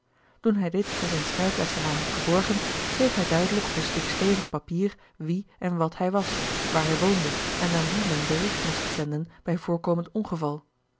toen hij dit in zijn schrijflessenaar gerard keller het testament van mevrouw de tonnette had geborgen schreef hij duidelijk op een stuk stevig papier wie en wat hij was waar hij woonde en aan wien men bericht moest zenden bij voorkomend ongeval